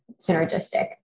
synergistic